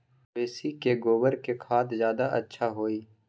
मवेसी के गोबर के खाद ज्यादा अच्छा होई?